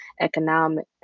economic